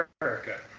America